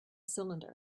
cylinder